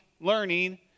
learning